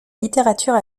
littérature